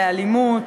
אלימות,